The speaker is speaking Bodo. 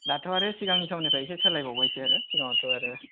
दाथ' आरो सिगांनि थावननिफ्राय एसे सोलायबावबायसो आरो सिगाङावथ' आरो